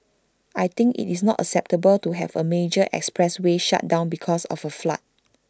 I think IT is not acceptable to have A major expressway shut down because of A flood